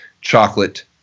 chocolate